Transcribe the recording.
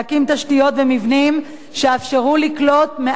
להקים תשתיות ומבנים שיאפשרו לקלוט יותר